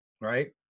right